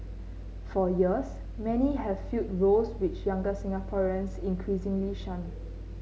for years many have filled roles which younger Singaporeans increasingly shun